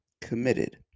committed